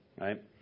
Right